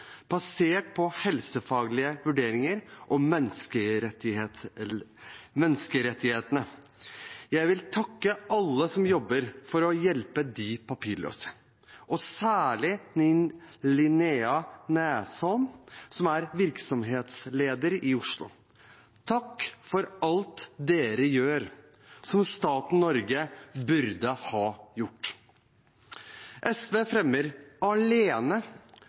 basert på helsefaglige vurderinger og menneskerettighetene. Jeg vil takke alle som jobber for å hjelpe de papirløse, og særlig Linnea Näsholm, som er virksomhetsleder i Oslo. Takk for alt dere gjør som staten Norge burde ha gjort. SV fremmer, alene,